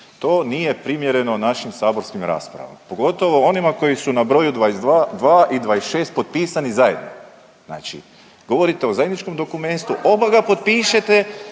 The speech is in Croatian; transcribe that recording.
to nije primjereno našim saborskim raspravama pogotovo onima koji su na broju 22 i 26 potpisani zajedno. Znači govorite o zajedničkom dokumentu, oba ga potpište